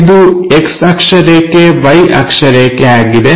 ಇದು X ಅಕ್ಷರೇಖೆ Y ಅಕ್ಷರೇಖೆ ಆಗಿದೆ